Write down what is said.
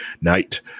night